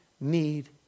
need